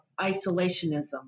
isolationism